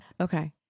Okay